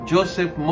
Joseph